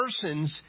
person's